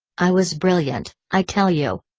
i was brilliant, i tell you.